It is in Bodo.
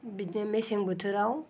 बिदिनो मेसें बोथोराव